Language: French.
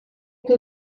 que